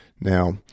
Now